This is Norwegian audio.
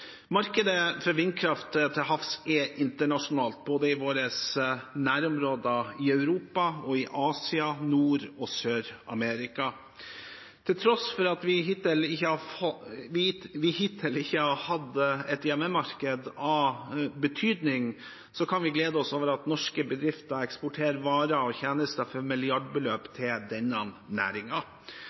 Markedet for vindkraft til havs er internasjonalt, både i våre nærområder, i Europa, i Asia og i Nord- og Sør-Amerika. Til tross for at vi hittil ikke har hatt et hjemmemarked av betydning, kan vi glede oss over at norske bedrifter eksporterer varer og tjenester for milliardbeløp til denne